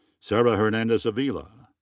sara hernandez avila.